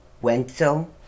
Wenzel